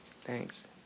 Thanks